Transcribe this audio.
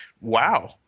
wow